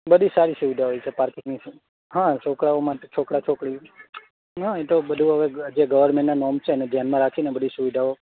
બધી સારી સુવિધા હોય છે પાર્કિંગની હા છોકરાઓ માટે છોકરા છોકરી હા એ તો બધું હવે જે ગવર્મેન્ટના નૉર્મ છે એને ધ્યાનમાં રાખીને બધી સુવિધાઓ